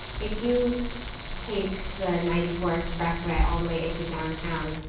if you take the ninety four expressway all the way into downtown,